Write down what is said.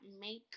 make